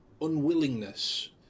unwillingness